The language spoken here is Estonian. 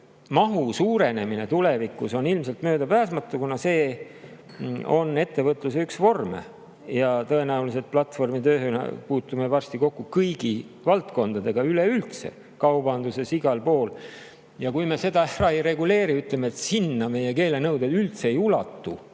mahu suurenemine tulevikus on ilmselt möödapääsmatu, kuna see on ettevõtluse üks vorme, ja tõenäoliselt platvormitööga puutume varsti kokku üleüldse kõigis valdkondades, kaubanduses, igal pool. Ja kui me seda ära ei reguleeri ja ütleme, et sinna meie keelenõudeid üldse ei ulatu,